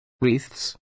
wreaths